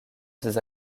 ses